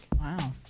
Wow